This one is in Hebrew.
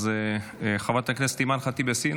אז חברת הכנסת אימאן ח'טיב יאסין,